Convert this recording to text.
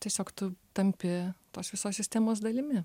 tiesiog tu tampi visos sistemos dalimi